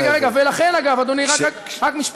רגע, רגע, אדוני, רק משפט.